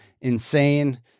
insane